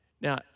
Now